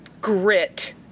grit